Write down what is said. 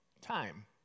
time